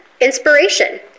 inspiration